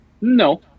No